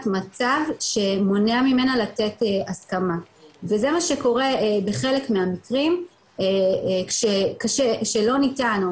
מצב שמונע ממנה לתת הסכמה וזה מה שקורה בחלק מהמקרים כשלא ניתן,